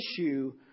issue